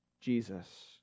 Jesus